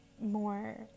more